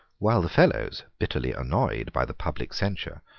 while the fellows, bitterly annoyed by the public censure,